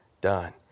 done